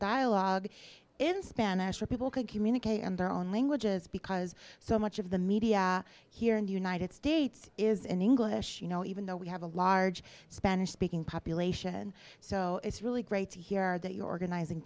dialogue in spanish where people could communicate and their own languages because so much of the media here in the united states is in english you know even though we have a large spanish speaking population so it's really great to hear that your organiz